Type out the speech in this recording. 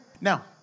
Now